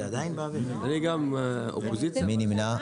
מי נמנע?